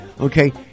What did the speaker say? okay